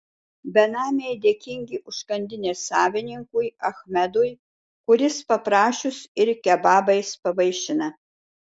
benamiai dėkingi užkandinės savininkui achmedui kuris paprašius ir kebabais pavaišina